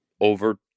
over